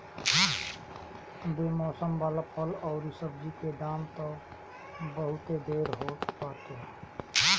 बेमौसम वाला फल अउरी सब्जी के दाम तअ बहुते ढेर होत बाटे